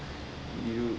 you